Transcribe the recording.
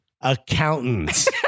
accountants